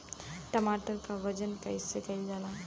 टमाटर क वजन कईसे कईल जाला?